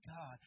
God